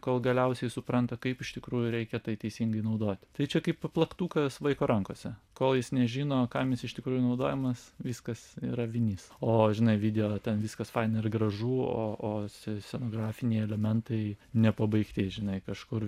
kol galiausiai supranta kaip iš tikrųjų reikia tai teisingai naudoti tai čia kaip plaktukas vaiko rankose kol jis nežino kam jis iš tikrųjų naudojamas viskas yra vinis o žinai video ten viskas faina ir gražu o o scenografiniai elementai nepabaigti žinai kažkur